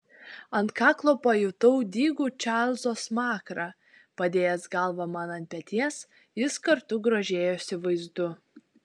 ant kaklo pajutau dygų čarlzo smakrą padėjęs galvą man ant peties jis kartu grožėjosi vaizdu